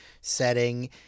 setting